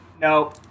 no